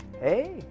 Hey